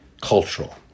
cultural